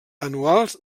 anuals